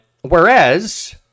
whereas